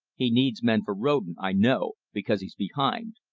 he needs men for roadin', i know, because he's behind.